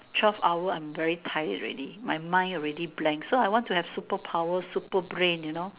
twelve hour I'm very tired already my mind already blank so I want to have superpower super brain you know